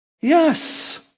Yes